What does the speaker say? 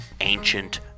ancient